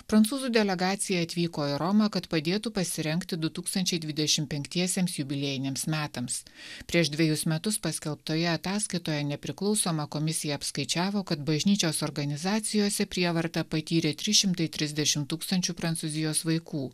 prancūzų delegacija atvyko į romą kad padėtų pasirengti du tūkstančiai dvidešim penktiesiems jubiliejiniams metams prieš dvejus metus paskelbtoje ataskaitoje nepriklausoma komisija apskaičiavo kad bažnyčios organizacijose prievartą patyrė tris šimtai trisdešim tūkstančių prancūzijos vaikų